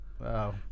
Wow